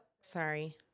Sorry